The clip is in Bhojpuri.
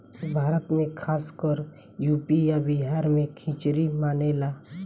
भारत मे खासकर यू.पी आ बिहार मे खिचरी मानेला